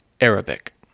arabic